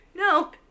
No